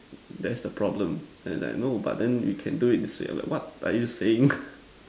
that's the problem and then like no but then you can do it this way I'm like what are you saying